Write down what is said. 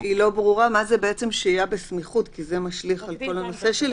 לכאן והיא מהי שהייה בסמיכות כי זה משליך על כל הנושא של